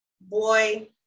boy